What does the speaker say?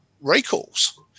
recalls